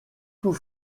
tout